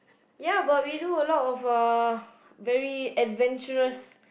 ya but we do a lot of uh very adventurous